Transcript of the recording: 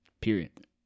Period